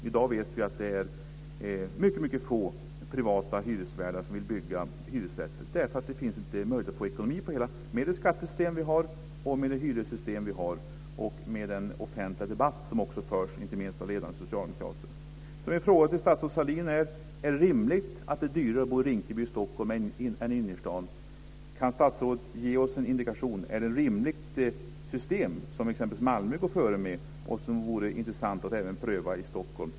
I dag är det mycket få privata hyresvärdar som vill bygga hyresrätter därför att det inte finns möjlighet att få ekonomi i det med det skattesystem vi har och med det hyressystem vi har och med den offentliga debatt som förs, inte minst av ledande socialdemokrater. Min fråga till statsrådet Mona Sahlin är: Är det rimligt att det är dyrare att bo i Rinkeby än i Stockholms innerstad? Kan statsrådet ge oss en indikation? Är det ett rimligt system som exempelvis Malmö går före med och som kanske vore intressant att pröva i Stockholm?